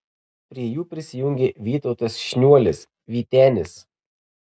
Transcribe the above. prie jų prisijungė vytautas šniuolis vytenis